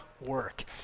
work